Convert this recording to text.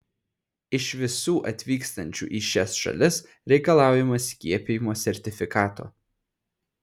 iš visų atvykstančių į šias šalis reikalaujama skiepijimo sertifikato